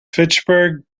fitchburg